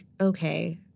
okay